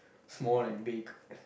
small and big